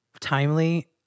timely